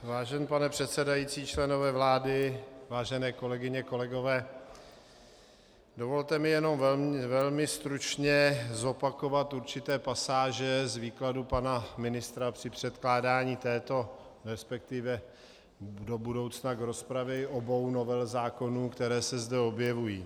Vážený pane předsedající, členové vlády, vážené kolegyně, kolegové, dovolte mi jenom velmi stručně zopakovat určité pasáže z výkladu pana ministra při předkládání této, respektive do budoucna k rozpravě obou novel zákonů, které se zde objevují.